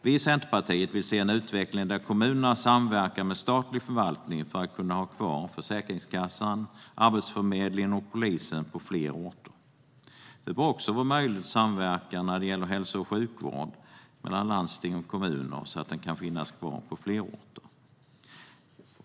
Vi i Centerpartiet vill se en utveckling där kommunerna samverkar med statlig förvaltning för att man ska kunna ha kvar Försäkringskassan, Arbetsförmedlingen och polisen på fler orter. Det bör också vara möjligt att samverka när det gäller hälso och sjukvården mellan landsting och kommuner så att den kan finnas kvar på fler orter.